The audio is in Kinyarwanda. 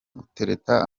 gutereta